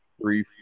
three